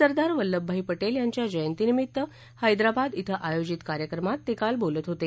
सरदार वल्लभभाई पटेल यांच्या जयंतीनिमित्त हैदराबाद श्वे आयोजित कार्यक्रमात ते काल बोलत होते